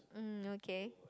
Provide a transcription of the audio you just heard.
mm okay